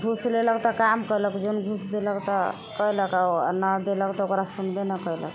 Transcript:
घुस लेलक तऽ काम कयलक जोन घुस देलक तऽ कयलक आओर नहि देलक तऽ ओकरा सुनबे नहि कयलक